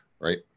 right